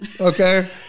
okay